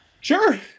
Sure